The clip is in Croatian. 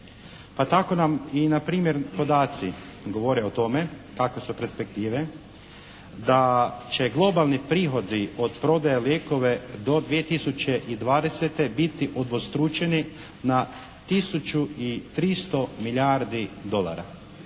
Pa tako nam i npr. podaci govore o tome kakvu su perspektive da će globalni prihodi od prodaje lijekova do 2020. biti udvostručeni na tisuću i 300 milijardi dolara.